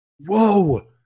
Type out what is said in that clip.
whoa